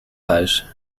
huis